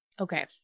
Okay